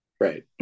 right